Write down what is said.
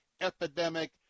epidemic